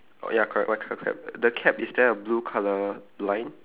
oh ya correct white colour cap the cap is there a blue colour line